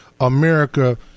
america